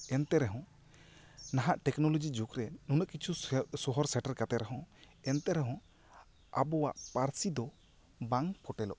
ᱮᱱᱛᱮᱜ ᱨᱮᱦᱚᱸ ᱱᱟᱦᱟᱜ ᱴᱮᱠᱱᱚᱞᱚᱡᱤ ᱡᱩᱜᱽ ᱨᱮ ᱱᱩᱱᱟᱹᱜ ᱠᱤᱪᱷᱩ ᱥᱚᱦᱚᱨ ᱥᱮᱴᱮᱨ ᱠᱟᱛᱮᱜ ᱨᱮᱦᱚᱸ ᱮᱱᱛᱮ ᱨᱮᱦᱚᱸ ᱟᱵᱚᱣᱟᱜ ᱯᱟᱹᱨᱥᱤ ᱫᱚ ᱵᱟᱝ ᱯᱷᱚᱴᱮᱞᱚᱜ ᱠᱟᱱᱟ